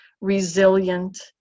resilient